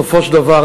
בסופו של דבר,